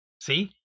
See